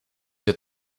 der